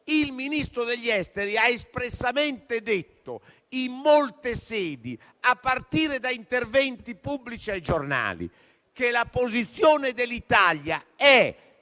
Il Ministro degli affari esteri ha espressamente detto in molte sedi, a partire da interventi pubblici ai giornali, che la posizione dell'Italia è